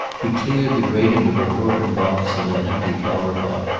he cleared the grating of a broken box and an empty flower pot,